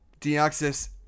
Deoxys